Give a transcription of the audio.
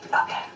Okay